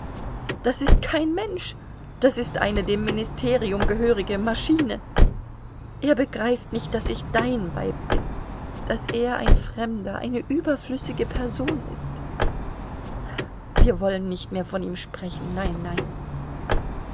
das ist kein mensch das ist eine dem ministerium gehörige maschine er begreift nicht daß ich dein weib bin daß er ein fremder eine überflüssige person ist wir wollen nicht mehr von ihm sprechen nein nein